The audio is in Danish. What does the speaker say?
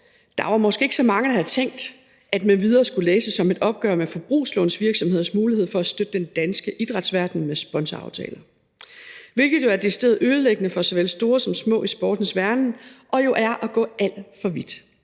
Der var måske ikke så mange, der havde tænkt, at »m.v.« skulle læses som et opgør med forbrugslånsvirksomheders mulighed for at støtte den danske idrætsverden med sponsoraftaler, hvilket jo er decideret ødelæggende for såvel store som små i sportens verden og at gå alt for vidt.